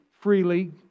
freely